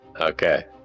Okay